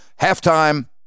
halftime